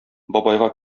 бабайга